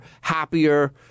happier